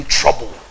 trouble